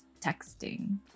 texting